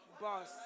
Boss